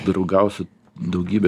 draugausiu daugybė